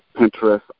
Pinterest